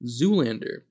Zoolander